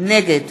נגד